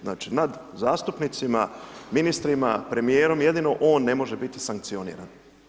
Znači nad zastupnicima, ministrima, premijerom, jedino on ne može biti sankcioniran.